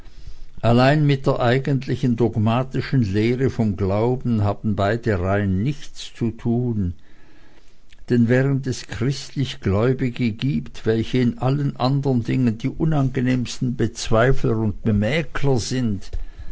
allein mit der eigentlichen dogmatischen lehre vom glauben haben beide rein nichts zu tun denn während es christlich gläubige gibt welche in allen anderen dingen die unangenehmsten bezweifler und bemäkler sind